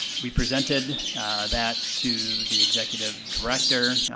we presented that to the executive director.